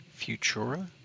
Futura